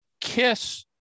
kiss